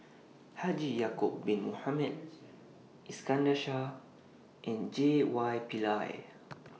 Haji Ya'Acob Bin Mohamed Iskandar Shah and J Y Pillay